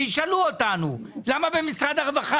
ישאלו אותנו למה במשרד הרווחה